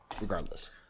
regardless